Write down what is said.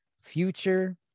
future